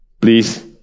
Please